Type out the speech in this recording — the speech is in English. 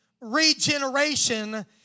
Regeneration